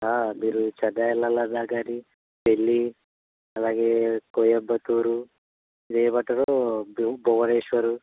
మీరు చెన్నై వెళ్ళాలన్నా కానీ ఢిల్లీ అలాగే కోయంబత్తూరు ఏమంటారు భూ భువనేశ్వర్